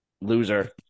Loser